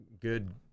good